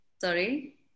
Sorry